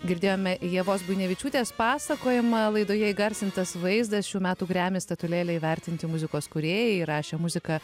girdėjome ievos buinevičiūtės pasakojimą laidoje įgarsintas vaizdas šių metų grammy statulėle įvertinti muzikos kūrėjai įrašė muziką